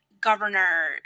governor